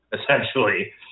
essentially